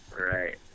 right